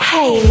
Hey